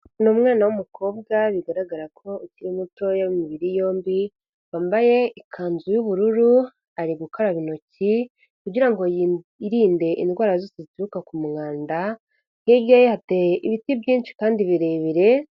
Ni umwana w'umukobwa bigaragara ko ukiri muto w'imibiri yombi, wambaye ikanzu y'ubururu. ari gukaraba intoki kugira ngo yirinde indwara zose zituruka ku mwanda. Hirya ye yateye ibiti byinshi kandi birebire.